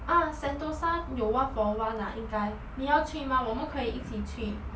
ah sentosa 有 one for one 啊应该你要去吗我们可以一起去